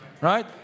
right